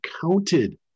counted